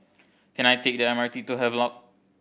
can I take the M R T to Havelock